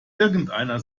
irgendeiner